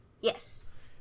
Yes